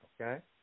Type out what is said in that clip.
Okay